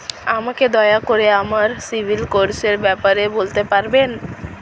আমাকে দয়া করে আমার সিবিল স্কোরের ব্যাপারে বলতে পারবেন?